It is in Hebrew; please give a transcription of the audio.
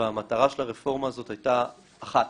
והמטרה של הרפורמה הזאת היתה אחת,